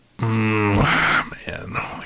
Man